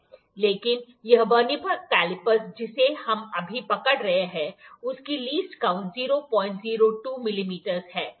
लेकिन यह vernier calliper जिसे हम अभी पकड़ रहे हैं उसकी लीस्ट काॅऊंट 002 मिमी है